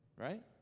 Right